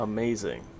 Amazing